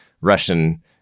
Russian